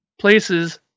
places